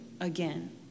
again